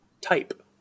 type